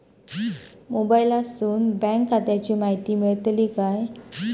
मोबाईलातसून बँक खात्याची माहिती मेळतली काय?